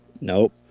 Nope